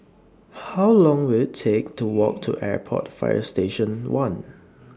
How Long Will IT Take to Walk to Airport Fire Station one